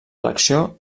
elecció